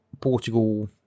Portugal